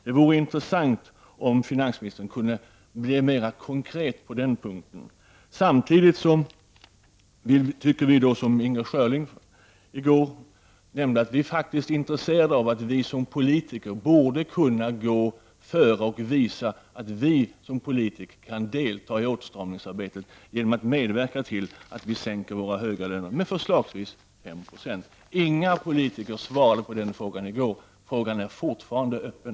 Det vore intressant om finansministern kunde bli mera konkret på den punkten. Samtidigt tycker vi, som Inger Schörling i går nämnde, att vi politiker borde kunna delta i åtstramningsarbetet genom att medverka till att sänka våra höga löner med förslagsvis 1 96. Ingen politiker svarade på den frågan i går. Frågan är forfarande öppen.